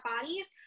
bodies